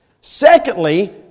Secondly